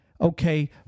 okay